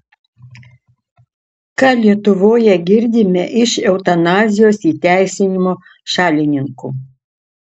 ką lietuvoje girdime iš eutanazijos įteisinimo šalininkų